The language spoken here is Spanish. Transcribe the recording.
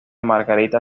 margarita